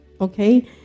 okay